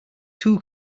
two